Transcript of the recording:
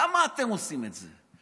למה אתם עושים את זה?